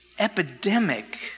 Epidemic